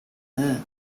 என்ன